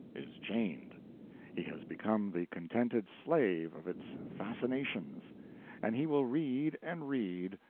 is chained he has become the contented slave of its fascinations and he will read and read,